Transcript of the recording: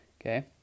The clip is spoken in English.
Okay